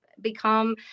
become